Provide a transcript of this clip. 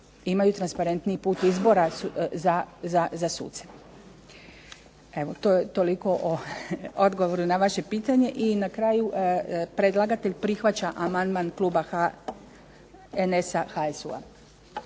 imaju transparentniji put izbora za suce. Evo toliko o odgovoru na vaše pitanje. I na kraju predlagatelj prihvaća amandman kluba HNS-a, HSU-a.